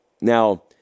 Now